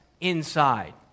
inside